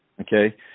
okay